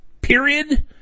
Period